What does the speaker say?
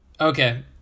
Okay